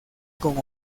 con